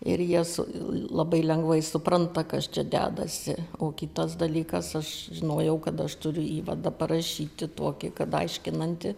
ir jas labai lengvai supranta kas čia dedasi o kitas dalykas aš žinojau kad aš turiu įvadą parašyti tokį kad aiškinantį